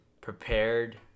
prepared